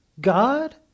God